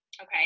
Okay